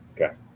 Okay